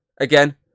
again